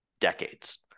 decades